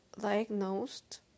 diagnosed